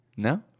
No